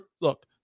Look